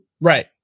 Right